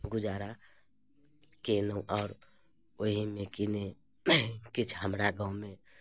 गुजारा कयलहुँ आओर ओहीमे किने किछु हमरा गाममे